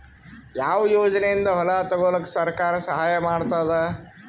ಯಾವ ಯೋಜನೆಯಿಂದ ಹೊಲ ತೊಗೊಲುಕ ಸರ್ಕಾರ ಸಹಾಯ ಮಾಡತಾದ?